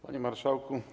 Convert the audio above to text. Panie Marszałku!